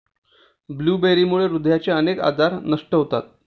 ब्लूबेरीमुळे हृदयाचे अनेक आजार नष्ट होतात